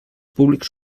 públics